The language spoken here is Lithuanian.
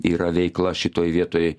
yra veikla šitoj vietoj